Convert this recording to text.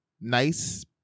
nice